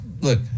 look